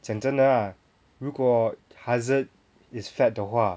讲真的 ah 如果 hazard is fat 的话